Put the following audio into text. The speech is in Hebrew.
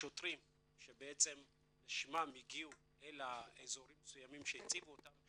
השוטרים שלשמם הגיעו אל האזורים המסוימים שהציבו אותם,